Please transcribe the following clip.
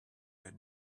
had